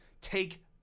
Take